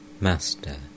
Master